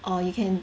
or you can